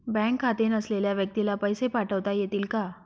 Bank खाते नसलेल्या व्यक्तीला पैसे पाठवता येतील का?